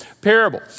parable